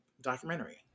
documentary